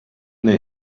their